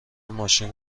ماشین